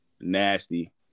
nasty